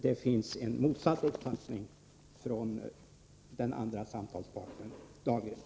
Det finns en motsatt uppfattning från den andra samtalspartnern.